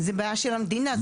זה בעיה של המדינה,